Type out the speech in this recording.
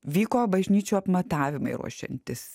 vyko bažnyčių apmatavimai ruošiantis